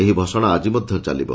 ଏହି ଭସାଣ ଆଜି ମଧ୍ଧ ଚାଲିବ